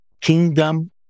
kingdom